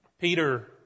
Peter